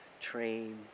train